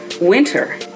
winter